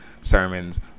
sermons